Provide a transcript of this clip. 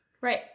Right